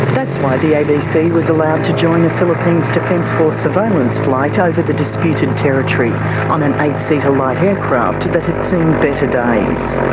that's why the abc was allowed to join the philippines defence force surveillance flight ah over the disputed territory on an eight-seater light aircraft that had seen better days.